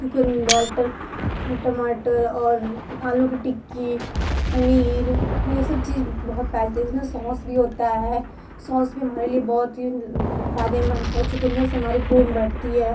चुकंदर टमाटर और आलू की टिक्की पनीर ये सब चीज बहुत पाई जाती है इसमें सॉस भी होता है सॉस भी हमारे लिए बहुत ही फ़ायदेमंद होता है चुकंदर से हमारे खून बढ़ती है